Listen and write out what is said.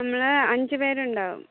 നമ്മൾ അഞ്ചുപേരുണ്ടാവും